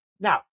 Now